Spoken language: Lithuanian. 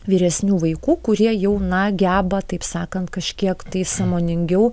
vyresnių vaikų kurie jau na geba taip sakant kažkiek tai sąmoningiau